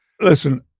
listen